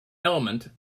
element